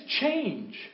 change